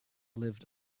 lived